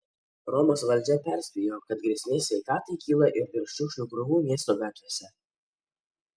romos valdžia perspėjo kad grėsmė sveikatai kyla ir dėl šiukšlių krūvų miesto gatvėse